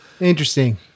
Interesting